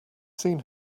seen